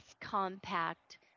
compact